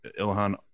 Ilhan